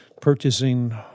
purchasing